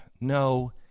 No